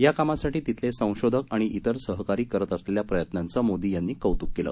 याकामासाठी तिथले संशोधक आणि इतर सहकारी करत असलेल्या प्रयत्नाचं मोदी यांनी कौत्क केलं